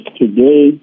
today